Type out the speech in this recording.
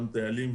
גם דיילים,